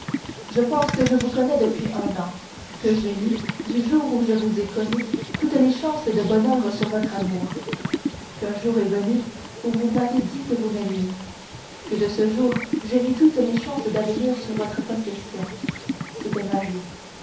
je pense que je vous connais depuis un an que j'ai mis du jour où je vous ai connue toutes mes chances de bonheur sur votre amour qu'un jour est venu où vous m'avez dit que vous m'aimiez que de ce jour j'ai mis toutes mes chances d'avenir sur votre possession c'était ma vie